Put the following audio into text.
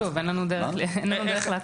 אין לנו דרך לאכוף את זה.